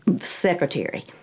secretary